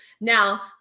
now